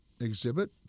exhibit